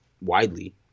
widely